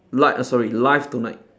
li~ err sorry live tonight